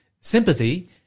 sympathy